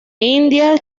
india